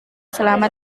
selama